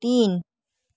तीन